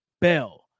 Bell